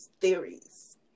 theories